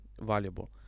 valuable